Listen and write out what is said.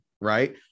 right